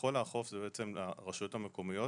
יכול לאכוף זה הרשויות המקומיות,